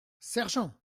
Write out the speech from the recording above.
sergent